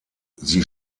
sie